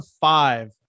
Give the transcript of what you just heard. five